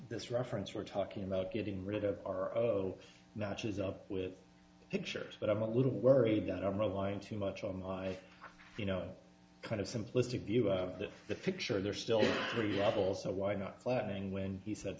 this reference we're talking about getting rid of our of notches up with pictures but i'm a little worried that are lying too much on my you know kind of simplistic view of the picture they're still variables so why not flattening when he said